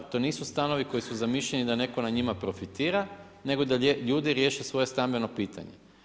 To nisu stanovi koji su zamišljeni da netko na njima profitira, nego da ljudi riješe svoje stambeno pitanje.